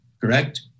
correct